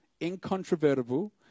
incontrovertible